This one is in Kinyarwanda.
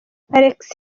alex